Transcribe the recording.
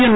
ఎన్